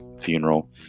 funeral